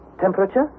Temperature